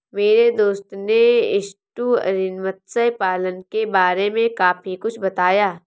मेरे दोस्त ने एस्टुअरीन मत्स्य पालन के बारे में काफी कुछ बताया